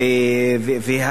הם תולדה של